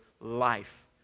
life